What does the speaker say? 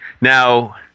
Now